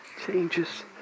Changes